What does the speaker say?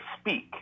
speak